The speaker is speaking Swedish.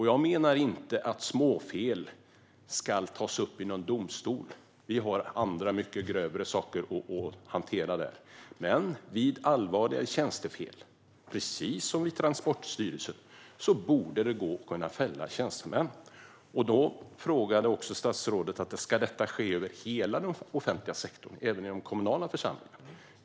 Jag menar inte att småfel ska tas upp i någon domstol. Vi har andra mycket grövre saker att hantera där. Men vid allvarligare tjänstefel, precis som vid Transportstyrelsen, borde det gå att kunna fälla tjänstemän. Statsrådet frågade: Ska detta ske över hela den offentliga sektorn och även i de kommunala församlingarna?